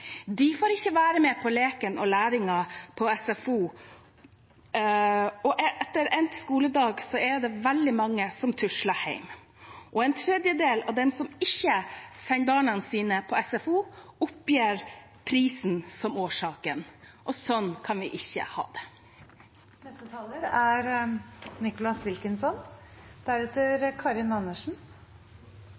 De får ikke være med på leken og læringen i SFO. Etter endt skoledag er det veldig mange som tusler hjem. En tredjedel av dem som ikke sender barna sine på SFO, oppgir prisen som årsaken, og sånn kan vi ikke ha det.